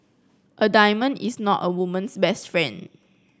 a diamond is not a woman's best friend